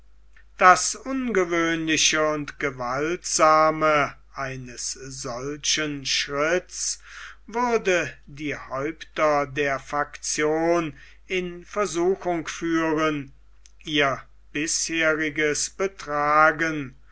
das ungewöhnliche und gewaltsame eines solchen schritts würde die häupter der faktion in versuchung führen ihr bisheriges betragen